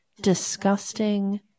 disgusting